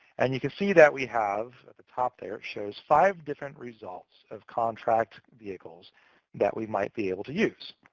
and you can see that we have at the top there shows five different results of contract vehicles that we might be able to use.